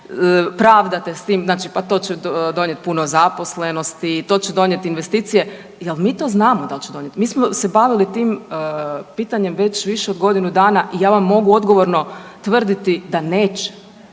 pravdate s tim, pa to će donijeti puno zaposlenosti, to će dovesti investicije, je li mi to znamo da će donijeti? Mi smo se bavili tim pitanjem već više od godinu dana i ja vam mogu odgovorno tvrditi da neće,